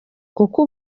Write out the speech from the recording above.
kuko